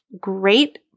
great